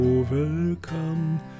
overcome